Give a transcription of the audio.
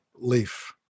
leaf